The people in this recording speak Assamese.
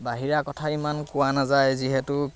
বাহিৰা কথা ইমান কোৱা নাযায় যিহেতু